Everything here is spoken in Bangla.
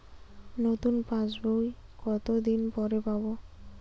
নতুন পাশ বই কত দিন পরে পাবো?